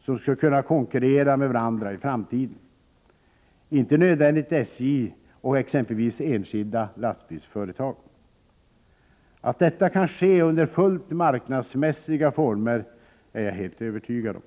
som skall konkurrera med varandra i framtiden — inte nödvändigtvis SJ och t.ex. enskilda lastbilsföretag. Att detta kan ske under fullt marknadsmässiga former är jag helt övertygad om.